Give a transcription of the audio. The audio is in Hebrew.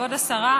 כבוד השרה,